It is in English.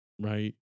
right